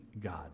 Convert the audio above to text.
God